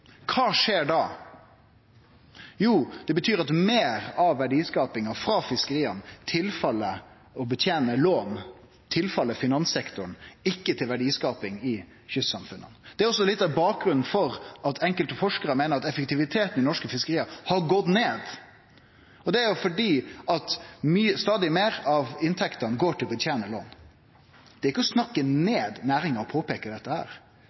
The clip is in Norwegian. Kva skjer då? Jo, det betyr at meir av verdiskapinga frå fiskeria går til å betene lån, går til finanssektoren, ikkje til verdiskaping i kystsamfunna. Det er også litt av bakgrunnen for at enkelte forskarar meiner at effektiviteten i norske fiskeri har gått ned. Det er fordi stadig meir av inntektene går til å betene lån. Det er ikkje å snakke ned næringa å påpeike dette her.